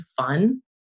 fun